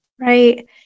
Right